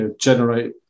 generate